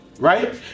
Right